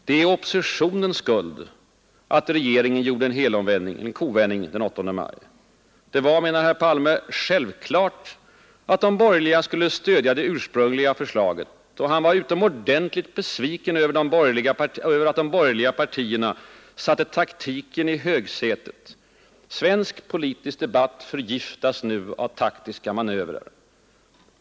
Det är ”oppositionens skuld” att regeringen gjorde en helomvändning — en kovändning — den 8 maj. Det var, menar herr Palme, ”självklart” att de borgerliga skulle stödja det ursprungliga förslaget. Han var ”utomordentligt besviken” över att de borgerliga partierna ”satte taktiken i högsätet”. Svensk politisk debatt ”förgiftas nu av taktiska manövrar”.